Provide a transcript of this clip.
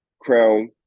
crown